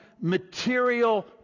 material